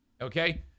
Okay